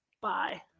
Bye